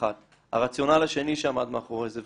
הרציונל השני שעמד מאחורי זה,